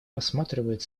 рассматривает